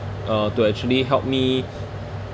uh to actually help me